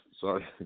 sorry